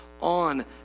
on